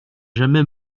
jamais